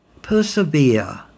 Persevere